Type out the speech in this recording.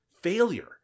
failure